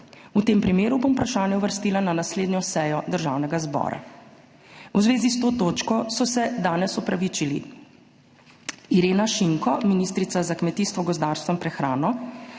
v tem primeru bom vprašanje uvrstila na naslednjo sejo Državnega zbora. V zvezi s to točko so se danes opravičili: Irena Šinko, ministrica za kmetijstvo, gozdarstvo in prehrano,